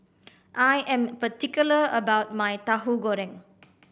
I am particular about my Tahu Goreng